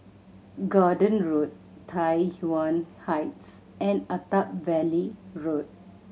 Gordon Road Tai Yuan Heights and Attap Valley Road